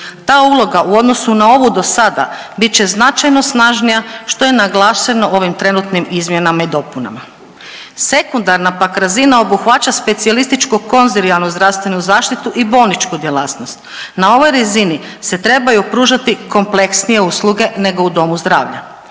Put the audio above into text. Ta uloga u odnosu na ovu dosada bit će značajno snažnija što je naglašeno ovim trenutnim izmjenama i dopunama. Sekundarna pak razina obuhvaća specijalističko konzilijarnu zdravstvenu zaštitu i bolničku djelatnost. Na ovoj razini se trebaju pružati kompleksnije usluge nego u domu zdravlja.